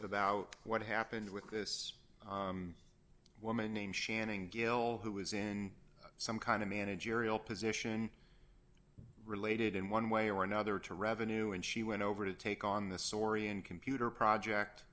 about what happened with this woman named shannon gill who is in some kind of managerial position related in one way or another to revenue and she went over to take on this story and computer project